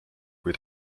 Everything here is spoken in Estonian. kui